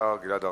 השר גלעד ארדן,